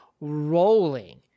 rolling